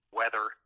weather